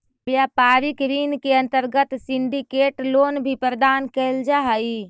व्यापारिक ऋण के अंतर्गत सिंडिकेट लोन भी प्रदान कैल जा हई